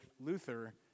Luther